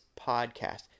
podcast